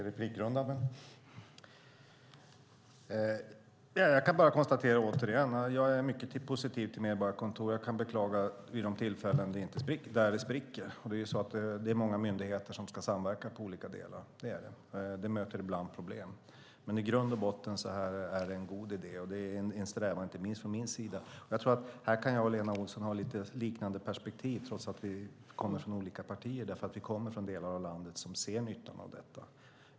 Herr talman! Jag kan bara konstatera återigen att jag är mycket positiv till medborgarkontor och kan bara beklaga de tillfällen där det spricker. Det är många myndigheter som ska samverka i olika delar, och det möter ibland problem. Men i grund och botten är det en god idé, och det är en strävan inte minst från min sida. Här tror jag att Lena Olsson och jag kan ha lite liknande perspektiv trots att vi kommer från olika partier, därför att vi kommer från delar av landet som ser nyttan av detta.